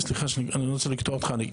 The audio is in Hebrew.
אני לא רוצה לקטוע אותך.